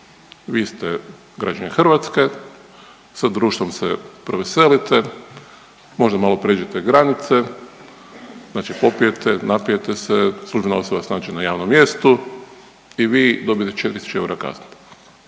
Vi ste građanin Hrvatske, sa društvom se proveselite, možda malo pređete granice, znači popijete, napijete se, službena osoba vas nađe na javnom mjestu i vi dobijete 4.000 eura kazne.